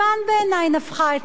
נפחה את נשמתה,